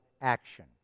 action